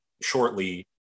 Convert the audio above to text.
shortly